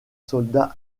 soldat